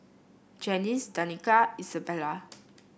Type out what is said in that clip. Janice Danica Isabela